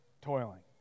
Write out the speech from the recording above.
Toiling